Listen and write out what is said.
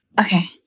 Okay